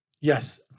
Yes